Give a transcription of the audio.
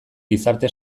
gizarte